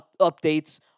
updates